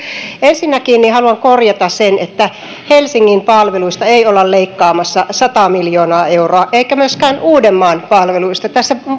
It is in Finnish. ensinnäkin haluan korjata sen että helsingin palveluista ei olla leikkaamassa sataa miljoonaa euroa eikä myöskään uudenmaan palveluista tässä